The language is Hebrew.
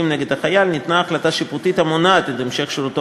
נגד חייל ניתנה החלטה שיפוטית המונעת את המשך שירותו